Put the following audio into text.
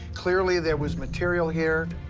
clearly there was material here.